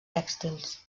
tèxtils